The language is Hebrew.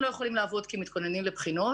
הם לא יכולים לעבוד כי הם מתכוננים לבחינות.